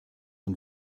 und